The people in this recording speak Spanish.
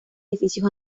edificios